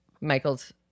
michaels